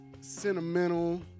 sentimental